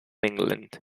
england